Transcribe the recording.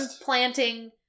planting